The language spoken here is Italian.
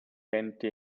enti